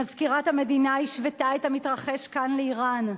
מזכירת המדינה השוותה את המתרחש כאן לאירן,